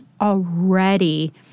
already